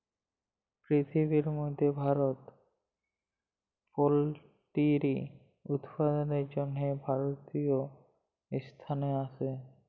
পিরথিবির ম্যধে ভারত পোলটিরি উৎপাদনের জ্যনহে তীরতীয় ইসথানে আসে